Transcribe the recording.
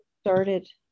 started